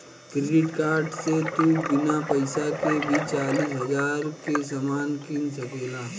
credit card से तू बिना पइसा के भी चालीस हज़ार के सामान किन सकेल